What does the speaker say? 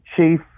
chief